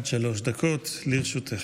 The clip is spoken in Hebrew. בבקשה, עד שלוש דקות לרשותך.